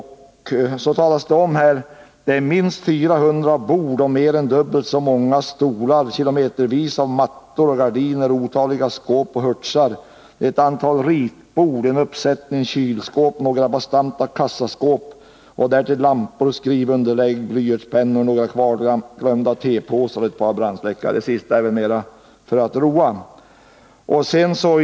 Vidare talas det här om att det gäller minst 400 bord, mer än dubbelt så många stolar, kilometervis med mattor och gardiner, otaliga skåp och hurtsar, ett antal ritbord, en uppsättning kylskåp, några bastanta kassaskåp, lampor, skrivunderlägg, blyertspennor, några kvarglömda tepåsar och ett par brandsläckare — de sistnämnda nämndes kanske mera för att roa.